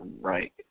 Right